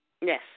yes